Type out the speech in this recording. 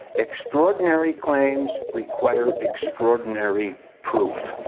extraordinary claims require extraordinary proof.